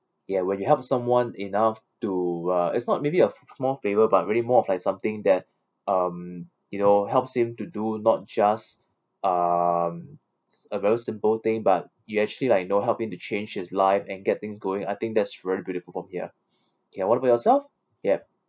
ya when you help someone enough to uh it's not maybe a s~ small favour but really more of like something that um you know helps him to do not just um s~ a very simple thing but you actually like you know help him to change his life and get things going I think that's really beautiful from here ya what about yourself yup